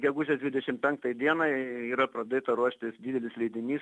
gegužės dvidešimt penktai dienai yra pradėta ruošti didelis leidinys